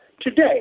today